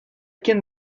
quien